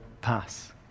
pass